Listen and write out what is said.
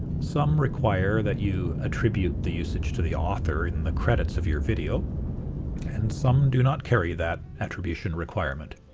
some require that you attribute the usage to the author in the credits of your video and some do not carry that attribution requirement.